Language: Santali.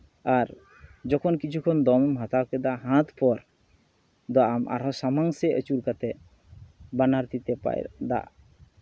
ᱟᱨ ᱡᱚᱠᱷᱚᱱ ᱠᱤᱪᱷᱩ ᱠᱷᱚᱱ ᱫᱚᱢᱮᱢ ᱦᱟᱛᱟᱣ ᱠᱮᱫᱟ ᱦᱟᱛ ᱯᱚᱨ ᱫᱚ ᱟᱢ ᱟᱨᱦᱚᱸ ᱥᱟᱢᱟᱝ ᱥᱮᱡ ᱟᱪᱩᱨ ᱠᱟᱛᱮ ᱵᱟᱱᱟᱨ ᱛᱤᱛᱮ ᱯᱟᱭᱨᱟᱜ ᱫᱟᱜ